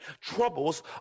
Troubles